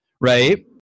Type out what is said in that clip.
right